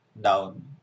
down